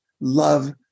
love